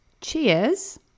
cheers